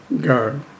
go